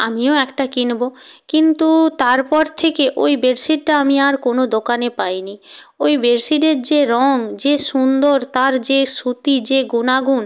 আমিও একটা কিনবো কিন্তু তারপর থেকে ওই বেডশিটটা আমি আর কোনও দোকানে পাইনি ওই বেডশিটের যে রঙ যে সুন্দর তার যে সুতি যে গুণাগুণ